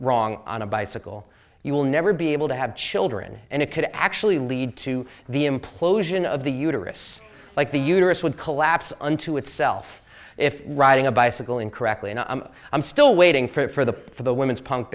wrong on a bicycle you will never be able to have children and it could actually lead to the implosion of the uterus like the uterus would collapse unto itself if riding a bicycle incorrectly and i'm still waiting for the for the women's punk